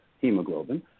hemoglobin